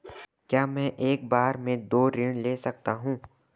क्या मैं एक बार में दो ऋण ले सकता हूँ?